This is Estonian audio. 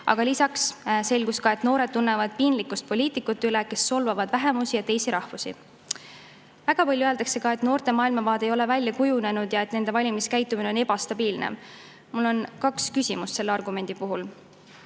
aga lisaks selgus ka, et noored tunnevad piinlikkust poliitikute üle, kes solvavad vähemusi ja teisi rahvusi. Väga palju öeldakse, et noorte maailmavaade ei ole välja kujunenud ja et nende valimiskäitumine on ebastabiilne. Mul on kaks küsimust selle argumendi puhul.